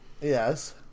Yes